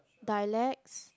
dialects